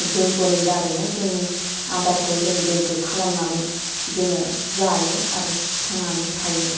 जैग'नि दारैनो जोंनि आदारखौ जों गोग्गो खालामनानै जोङो जायो आरो थांनानै थायो